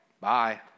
bye